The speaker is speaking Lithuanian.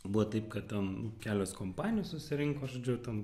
buvo taip kad ten kelios kompanijos susirinko žodžiu ten